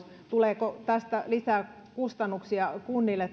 tuleeko tästä rajoituslaista lisää kustannuksia kunnille